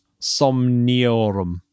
Somniorum